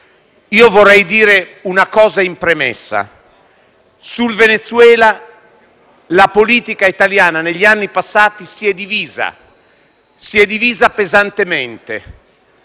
Vorrei dire una cosa in premessa. Sul Venezuela la politica italiana negli anni passati si è divisa pesantemente: